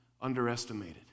underestimated